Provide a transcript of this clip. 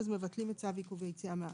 מבטלים את צו עיכוב היציאה מהארץ.